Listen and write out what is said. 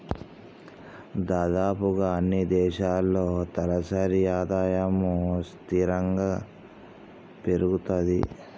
దాదాపుగా అన్నీ దేశాల్లో తలసరి ఆదాయము స్థిరంగా పెరుగుతది